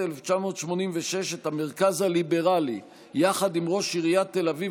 1986 את המרכז הליברלי יחד עם ראש עיריית תל אביב